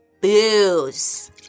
booze